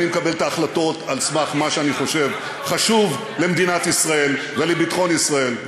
אני מקבל את ההחלטות על מה שאני חושב חשוב למדינת ישראל ולביטחון ישראל.